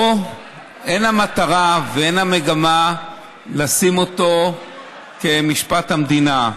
אין המטרה ואין המגמה לשים אותו כמשפט המדינה.